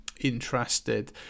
interested